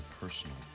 personal